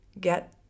Get